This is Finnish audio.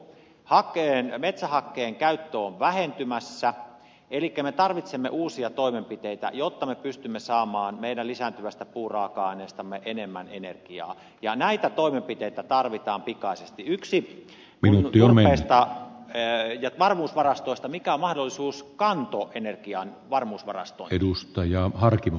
ahteen metsähakkeen käyttö on vähentymässä i like me tarvitsemme uusia toimenpiteitä jotta me pystymme saamaan meidän lisääntyvästä puuraaka aineestamme enemmän energiaa ja näitä toimenpiteitä tarvitaan pikaisesti yksi minun unestaan teidät varmuusvarastoista mikä mahdollisuus kantoenergian varmuusvarastointiinjuustoja harkimo